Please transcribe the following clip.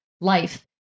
life